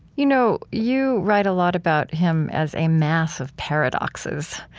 you know you write a lot about him as a mass of paradoxes.